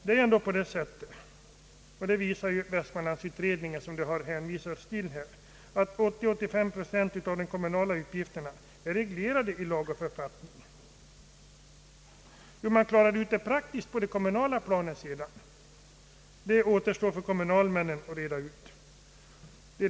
Det är ändå så — det har också Västmanlandsutredningen visat, som här har åberopats — att 80 å 85 procent av de kommunala utgifterna är reglerade genom lag och författning. Hur man praktiskt skall klara dessa utgifter på den kommunala sidan återstår för kommunalmännen att reda ut.